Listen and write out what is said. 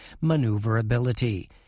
maneuverability